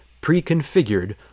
pre-configured